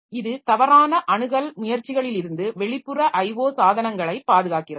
இது தவறான அணுகல் முயற்சிகளிலிருந்து வெளிப்புற IO சாதனங்களை பாதுகாக்கிறது